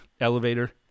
elevator